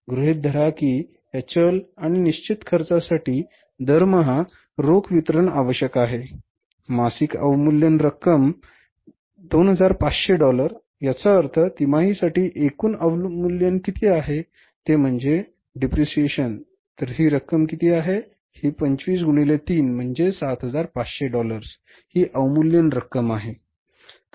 होय गृहित धरा की या चल आणि निश्चित खर्चासाठी दरमहा रोख वितरण आवश्यक आहे मासिक अवमूल्यन रक्कम 2500 डॉलर याचा अर्थ तिमाहीसाठी एकूण अवमूल्यन किती आहे ते म्हणजे To depreciation तर ही रक्कम किती आहे ही 25 गुणिले 3 म्हणजे 7500 डॉलर्स हि अवमूल्यन रक्कम आहे बरोबर